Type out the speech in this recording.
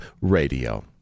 radio